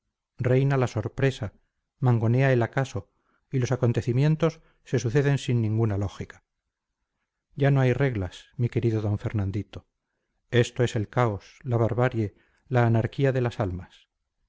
reina la sorpresa mangonea el acaso y los acontecimientos se suceden sin ninguna lógica ya no hay reglas mi querido d fernandito esto es el caos la barbarie la anarquía de las almas